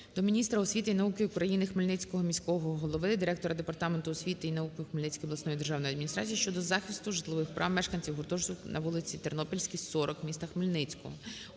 до міністра освіти і науки України, Хмельницького міського голови, директора Департаменту освіти і науки Хмельницької обласної державної адміністрації щодо захисту житлових прав мешканців гуртожитку на вулиці Тернопільській, 40, міста Хмельницького.